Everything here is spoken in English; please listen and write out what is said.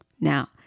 Now